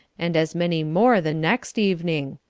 and as many more the next evening.